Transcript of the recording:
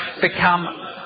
become